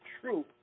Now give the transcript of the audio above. true